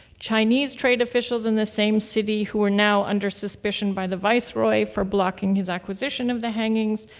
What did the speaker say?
chinese trade officials in the same city who are now under suspicion by the viceroy for blocking his acquisition of the hangings,